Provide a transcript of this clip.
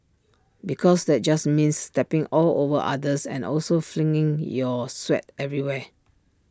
because that just means stepping all over others and also flinging your sweat everywhere